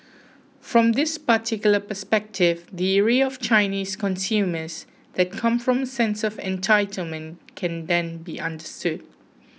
from this particular perspective the ire of Chinese consumers that come from a sense of entitlement can then be understood